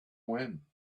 when